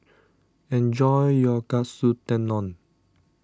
enjoy your Katsu Tendon